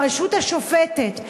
הרשות השופטת,